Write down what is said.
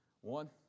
One